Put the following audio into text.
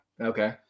Okay